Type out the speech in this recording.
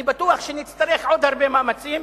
אני בטוח שנצטרך עוד הרבה מאמצים,